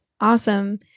Awesome